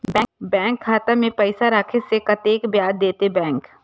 Bank खाता में पैसा राखे से कतेक ब्याज देते बैंक?